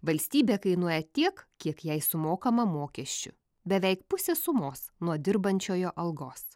valstybė kainuoja tiek kiek jai sumokama mokesčių beveik pusė sumos nuo dirbančiojo algos